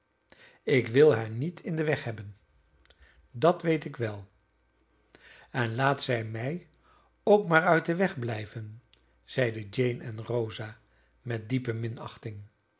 ik wil haar niet in den weg hebben dat weet ik wel en laat zij mij ook maar uit den weg blijven zeiden jane en rosa met diepe